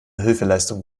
hilfeleistung